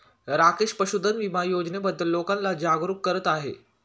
राकेश पशुधन विमा योजनेबद्दल लोकांना जागरूक करत आहे